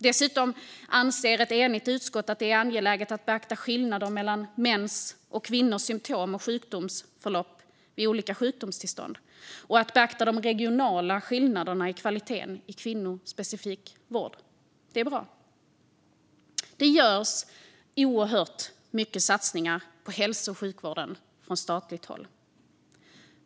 Dessutom anser ett enigt utskott att det är angeläget att beakta skillnaderna mellan mäns och kvinnors symtom och sjukdomsförlopp vid olika sjukdomstillstånd och att beakta de regionala skillnaderna i kvaliteten i kvinnospecifik vård. Det är bra. Det görs oerhört mycket satsningar på hälso och sjukvården från statligt håll.